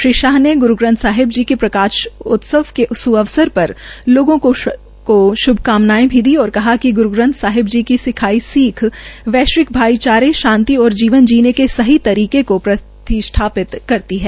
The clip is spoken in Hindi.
श्री शाह ने ग्रू ग्रंथ साहिब जी के प्रकाशोत्सव क सुअवसर पर लोगों को श्भकामनायें भी दी और कहा कि गुरू ग्रंथ साहिब की सिखाई सीख वैश्विक भाईचारे शांति और जीवन जीने के सही तरीके को प्रतिष्ठपित करती है